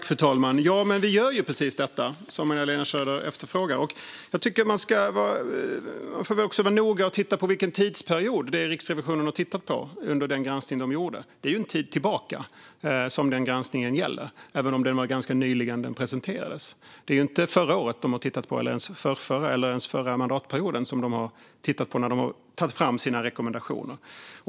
Fru talman! Vi gör precis detta som Magdalena Schröder efterfrågar. Jag tycker att man ska vara noga och titta på vilken tidsperiod det är som Riksrevisionen har tittat på under den granskning som man har gjort. Det är ju en tid tillbaka som den granskningen gäller, även om det var ganska nyligen som den presenterades. Det är inte förra året, eller förrförra året eller ens förra mandatperioden, som de har tittat på när de har tagit fram sina rekommendationer.